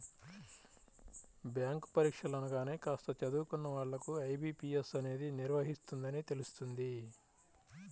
bank పరీక్షలు అనగానే కాస్త చదువుకున్న వాళ్ళకు ఐ.బీ.పీ.ఎస్ అనేది నిర్వహిస్తుందని తెలుస్తుంది